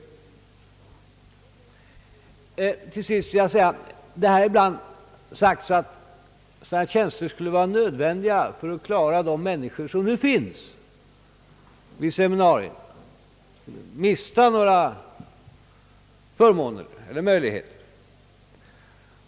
Till sist vill jag säga, att det ibland har framhållits, att sådana här tjänster skulle vara nödvändiga för att de människor som nu arbetar vid seminarierna inte skulle mista några förmåner eller möjligheter.